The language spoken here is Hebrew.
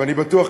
אני בטוח,